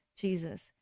Jesus